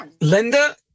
Linda